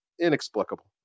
inexplicable